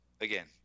Again